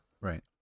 Right